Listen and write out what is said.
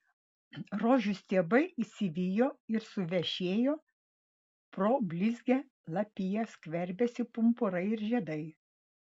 rožių stiebai išsivijo ir suvešėjo pro blizgią lapiją skverbėsi pumpurai ir žiedai